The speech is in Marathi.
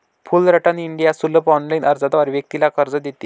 फुलरटन इंडिया सुलभ ऑनलाइन अर्जाद्वारे व्यक्तीला कर्ज देते